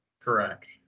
correct